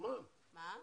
אבל אין לכם זמן,